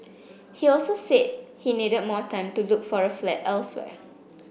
he also said he needed more time to look for a flat elsewhere